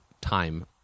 Time